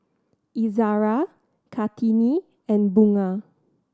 Izzara Kartini and Bunga